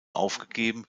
aufgegeben